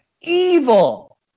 Evil